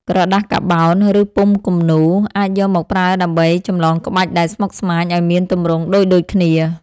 ក្រដាសកាបោន ឬពុម្ពគំនូរ អាចយកមកប្រើដើម្បីចម្លងក្បាច់ដែលស្មុគស្មាញឱ្យមានទម្រង់ដូចៗគ្នា។